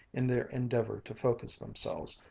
in their endeavor to focus themselves,